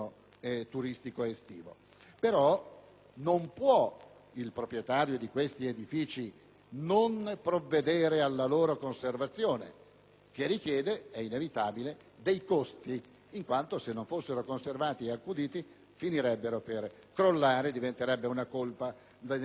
però, il proprietario di questi edifici non provvedere alla loro conservazione, che richiede - è inevitabile - costi, in quanto, se non fossero conservati e accuditi, finirebbero per crollare, il che diventerebbe una colpa. Quindi, non ha redditi,